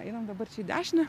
einam dabar čia į dešinę